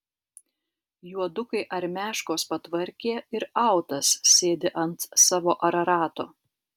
juodukai armiaškos patvarkė ir autas sėdi ant savo ararato